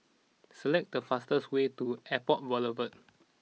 select the fastest way to Airport Boulevard